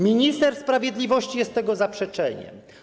Minister sprawiedliwości jest tego zaprzeczeniem.